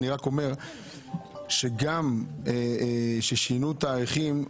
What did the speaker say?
אני רק אומר שגם כששינו תאריכים,